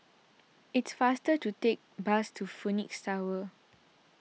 it is faster to take the bus to Phoenix Tower